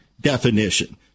definition